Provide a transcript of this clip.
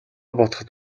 бодоход